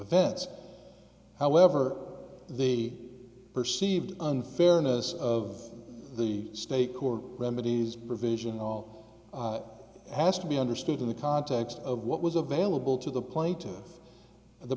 events however the perceived unfairness of the state court remedies provision all has to be understood in the context of what was available to the play to the